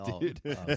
dude